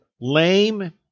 lame